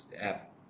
app